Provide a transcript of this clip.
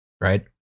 right